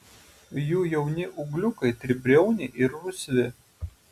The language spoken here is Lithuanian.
jų jauni ūgliukai tribriauniai ir rusvi